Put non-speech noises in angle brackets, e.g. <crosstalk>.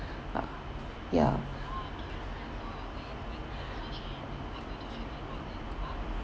<breath> ah ya <breath>